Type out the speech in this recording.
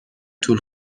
طول